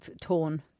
torn